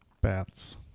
Bats